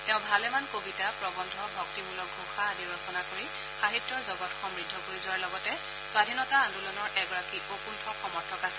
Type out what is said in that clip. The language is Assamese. তেওঁ ভালেমান কবিতা প্ৰবন্ধ ভক্তিমূলক ঘোষা আদি ৰচনা কৰি সাহিত্যৰ জগত সমূদ্ধ কৰি যোৱাৰ লগতে স্বধীনতা আন্দোলনৰ এগৰাকী অকুষ্ঠ সমৰ্থক আছিল